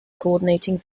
coordinating